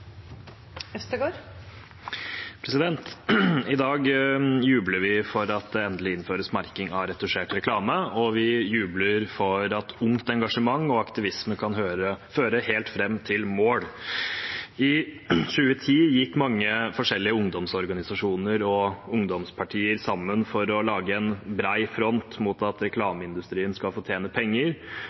minutter. I dag jubler vi for at det endelig innføres merking av retusjert reklame, og vi jubler for at ungt engasjement og aktivisme kan føre helt fram til mål. I 2010 gikk mange forskjellige ungdomsorganisasjoner og ungdomspartier sammen for å lage en bred front mot at reklameindustrien skal